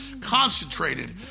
Concentrated